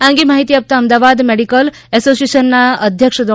આ અંગે વધુ માહિતી આપતા અમદાવાદ મેડિકલ એસોસિએશનનાં અધ્યક્ષ ડો